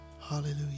hallelujah